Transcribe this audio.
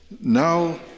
Now